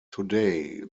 today